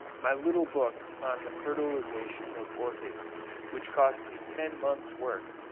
my little book on the fertilisation of orchids which cost me ten months' work,